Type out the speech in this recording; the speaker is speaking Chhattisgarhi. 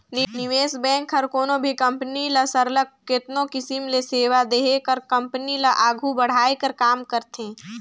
निवेस बेंक हर कोनो भी कंपनी ल सरलग केतनो किसिम ले सेवा देहे कर कंपनी ल आघु बढ़ाए कर काम करथे